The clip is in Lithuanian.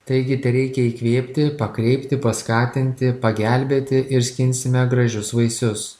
taigi tereikia įkvėpti pakreipti paskatinti pagelbėti ir skinsime gražius vaisius